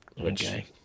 Okay